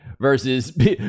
versus